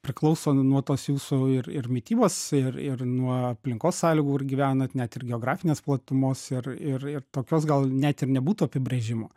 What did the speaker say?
priklauso nuo tos jūsų ir ir mitybos ir ir nuo aplinkos sąlygų ir gyvenat net ir geografinės platumos ir ir ir tokios gal net ir nebūtų apibrėžimo